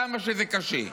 כמה שזה קשה.